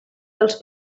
dels